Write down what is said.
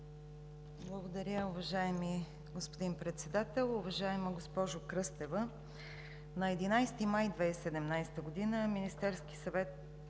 Благодаря, уважаеми господин Председател. Уважаема госпожо Кръстева, на 11 май 2017 г. Министерският съвет